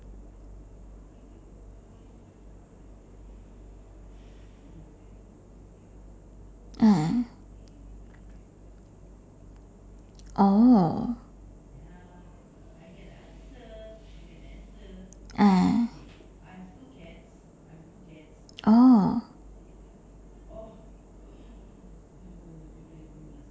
ah oh ah oh